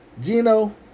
Gino